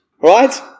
Right